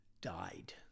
died